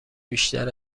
بیشتر